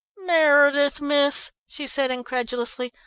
meredith, miss? she said incredulously.